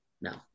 No